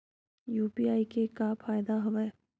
UPI के का फ़ायदा हवय?